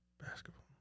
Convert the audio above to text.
basketball